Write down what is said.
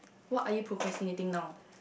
what are you procrastinating now